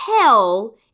hell